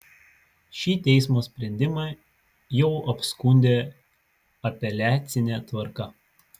šį teismo sprendimą jau apskundė apeliacine tvarka